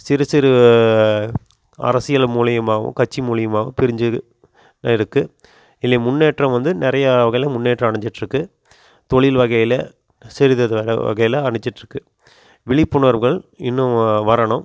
சிறு சிறு அரசியல் மூலிமாவும் கட்சி மூலிமாவும் பிரிஞ்சுது இருக்குது இதில் முன்னேற்றம் வந்து நிறைய வகையில் முன்னேற்றம் அடைஞ்சிட்டுருக்கு தொழில் வகையில் சிறிது வகையில் அடைஞ்சிட்டுருக்கு விழிப்புணவுர்கள் இன்னும் வரணும்